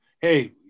Hey